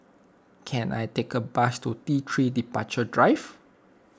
can I take a bus to T three Departure Drive